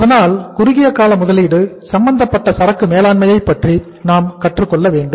அதனால் குறுகிய கால முதலீடு சம்பந்தப்பட்ட சரக்கு மேலாண்மையை பற்றி நாம் கற்றுக்கொள்ள வேண்டும்